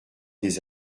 des